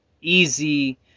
easy